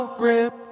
grip